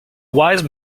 wise